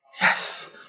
Yes